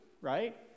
right